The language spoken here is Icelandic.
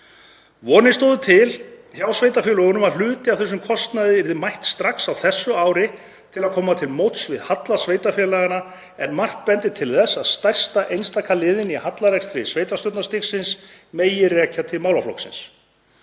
Vonir stóðu til hjá sveitarfélögunum að hluta af þessum kostnaði yrði mætt strax á þessu ári til að koma til móts við halla sveitarfélaganna en margt bendir til þess að stærsta einstaka liðinn í hallarekstri á sveitarstjórnarstiginu megi rekja til málaflokksins.